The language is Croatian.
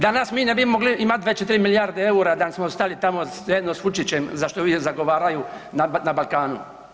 Danas mi ne bi mogli imati 24 milijarde eura da smo stajali tamo zajedno sa Vučićem za što uvijek zagovaraju na Balkanu.